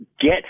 get